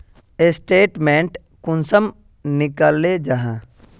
Statement कुंसम निकले जाहा?